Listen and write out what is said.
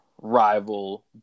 rival